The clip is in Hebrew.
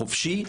חופשי.